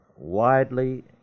widely